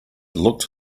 looked